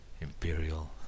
Imperial